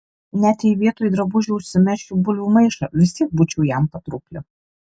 net jei vietoj drabužių užsimesčiau bulvių maišą vis tiek būčiau jam patraukli